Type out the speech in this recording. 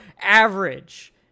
average